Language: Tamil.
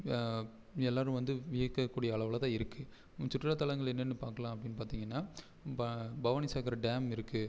எல்லாரும் வந்து வியக்கக்கூடிய அளவில் தான் இருக்கு சுற்றுலாத்தலங்கள் என்னன்னு பார்க்கலாம் அப்படின்னு பார்த்திங்கனா ப பவானி சாகர் டேம் இருக்கு